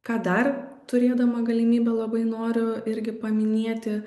ką dar turėdama galimybę labai noriu irgi paminėti